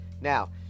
Now